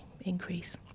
increase